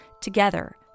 Together